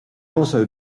also